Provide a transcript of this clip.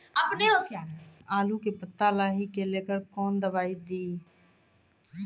आलू के पत्ता लाही के लेकर कौन दवाई दी?